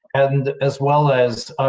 and as well as,